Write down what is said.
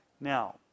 Now